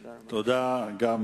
תודה, אדוני.